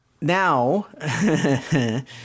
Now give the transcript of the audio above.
Now